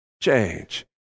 change